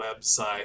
website